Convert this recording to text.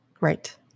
Right